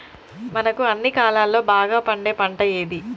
మనకు అన్ని కాలాల్లో బాగా పండే పంట ఏది?